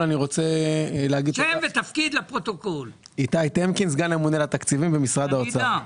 סגן הממונה על התקציבים במשרד האוצר.